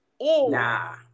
Nah